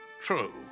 true